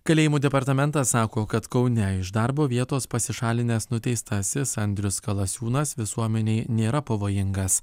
kalėjimų departamentas sako kad kaune iš darbo vietos pasišalinęs nuteistasis andrius kalasiūnas visuomenei nėra pavojingas